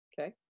Okay